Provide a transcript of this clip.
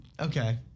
Okay